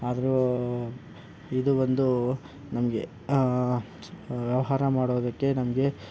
ಅದು ಇದು ಬಂದು ನಮಗೆ ವ್ಯವಹಾರ ಮಾಡುವುದಕ್ಕೆ ನಮಗೆ